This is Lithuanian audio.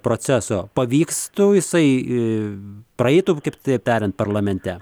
proceso pavykstų jisai praeitų kaip taip tariant parlamente